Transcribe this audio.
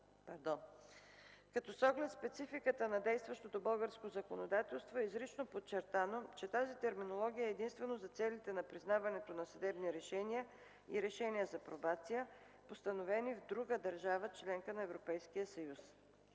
като с оглед спецификата на действащото българско законодателство е изрично подчертано, че тази терминология е единствено за целите на признаването на съдебни решения и решения за пробация, постановени в друга държава – членка на Европейския съюз.